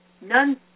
None